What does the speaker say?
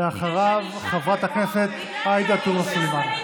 בגלל שאני אישה?